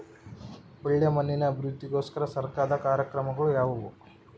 ಒಳ್ಳೆ ಮಣ್ಣಿನ ಅಭಿವೃದ್ಧಿಗೋಸ್ಕರ ಸರ್ಕಾರದ ಕಾರ್ಯಕ್ರಮಗಳು ಯಾವುವು?